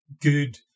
good